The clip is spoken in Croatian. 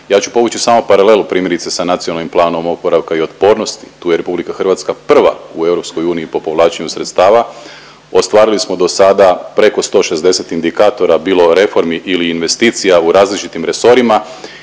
Ja ću povući samo paralelu primjerice sa Nacionalnim planom oporavka i otpornosti. Tu je Republika Hrvatska prva u EU po povlačenju sredstava. Ostvarili smo do sada preko 160 indikatora, bilo reformi ili investicija u različitim resorima